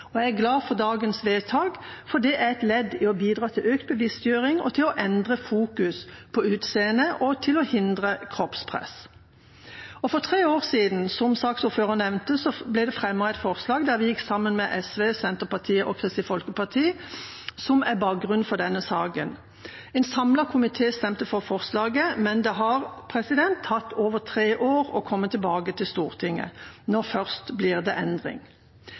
Jeg er glad for dagens vedtak, for det er et ledd i å bidra til økt bevisstgjøring, til å endre fokus på utseende og til å hindre kroppspress. For tre år siden, som saksordføreren nevnte, ble det fremmet et forslag der vi gikk sammen med SV, Senterpartiet og Kristelig Folkeparti, som er bakgrunnen for denne saken. En samlet komité stemte for forslaget, men det har tatt over tre år å komme tilbake til Stortinget. Nå først blir det en endring.